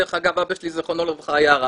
דרך אגב, אבא שלי ז"ל היה רב.